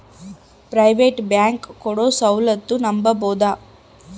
Private bank ಕೊಡೊ ಸೌಲತ್ತು ನಂಬಬೋದ?